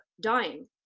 dying